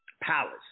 palace